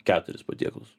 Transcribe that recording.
keturis patiekalus